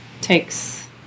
takes